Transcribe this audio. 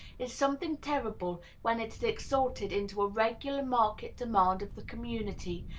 is something terrible when it is exalted into a regular market demand of the community,